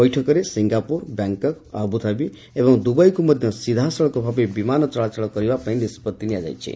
ବୈଠକରେ Singapore Bangkok Abu Dhabi ଏବଂ ଦୁବାଇକୁ ମଧ୍ଧ ସିଧାସଳଖଭାବେ ବିମାନ ଚଳାଚଳ କରିବା ପାଇଁ ନିଷ୍ବଉି ହୋଇଛି